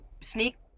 sneak